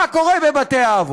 מה קורה בבתי-האבות?